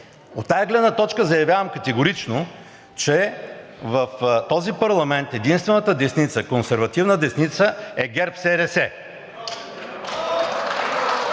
От тази гледна точка заявявам категорично, че в този парламент единствената десница – консервативна десница, е ГЕРБ СДС.